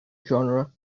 genre